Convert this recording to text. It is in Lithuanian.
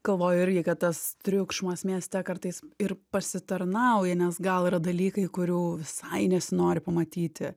galvoju irgi kad tas triukšmas mieste kartais ir pasitarnauja nes gal yra dalykai kurių visai nesinori pamatyti